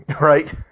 Right